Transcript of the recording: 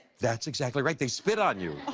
that's exactly right, they spit on you.